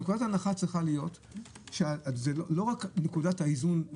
נקודת ההנחה צריכה להיות שזה לא רק נקודת האיזון.